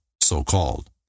so-called